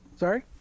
Sorry